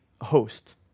host